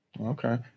Okay